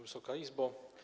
Wysoka Izbo!